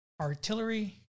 artillery